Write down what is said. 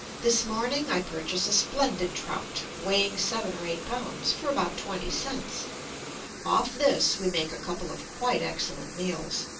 this morning i purchase a splendid trout, weighing seven or eight pounds, for about twenty cents off this we make a couple of quite excellent meals.